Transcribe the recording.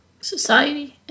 society